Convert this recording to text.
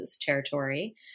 territory